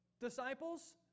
disciples